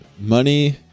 Money